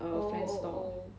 our friend's store